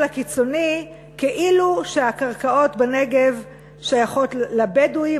הקיצוני כאילו שהקרקעות בנגב שייכות לבדואים,